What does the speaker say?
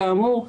כאמור,